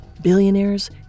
billionaires